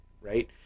right